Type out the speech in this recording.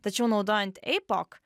tačiau naudojant eipok